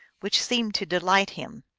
which seemed to delight him